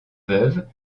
veuve